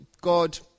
God